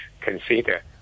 consider